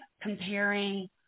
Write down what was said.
comparing